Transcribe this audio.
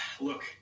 look